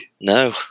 no